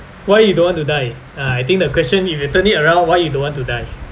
why you don't want to die uh I think the question if you turn it around why you don't want to die